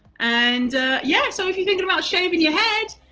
and yeah, so if you're thinking about shaving your head,